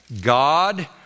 God